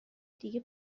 دیگه